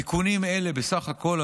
תיקונים אלה בסך הכול,